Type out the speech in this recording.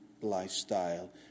lifestyle